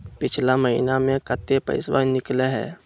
पिछला महिना मे कते पैसबा निकले हैं?